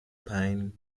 pine